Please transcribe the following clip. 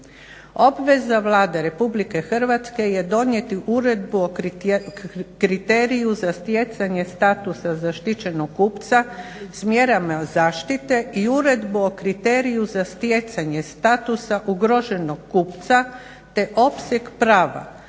Obveza Vlade RH je donijeti Uredbu o kriteriju za stjecanje statusa zaštićenog kupca s mjerama zaštite i Uredbu o kriteriju za stjecanje statusa ugroženog kupca te opseg prava